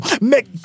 Make